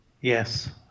Yes